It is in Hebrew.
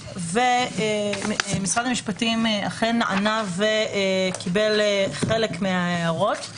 משרד המשפטים אכן נענה וקיבל חלק מההערות.